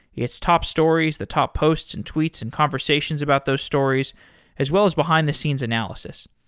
it's top stories, the top posts and tweets and conversations about those stories as well as behind-the-scenes analysis.